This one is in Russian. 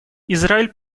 израиль